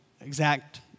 exact